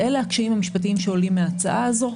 אלה הקשיים המשפטיים שעולים מן ההצעה הזו.